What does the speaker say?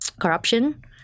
corruption